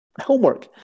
homework